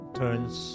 turns